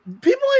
People